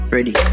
Ready